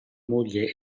moglie